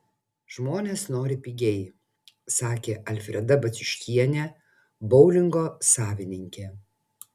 žmonės nori pigiai sakė alfreda baciuškienė boulingo savininkė